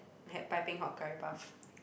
I had piping hot curry puff